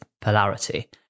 polarity